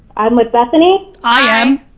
i'm with bethenny? i am.